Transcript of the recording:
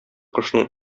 кошның